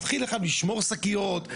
להתחיל לשמור שקיות?